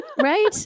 right